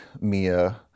Mia